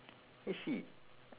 I see